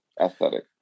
aesthetic